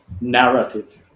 narrative